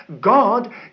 God